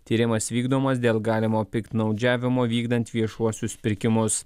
tyrimas vykdomas dėl galimo piktnaudžiavimo vykdant viešuosius pirkimus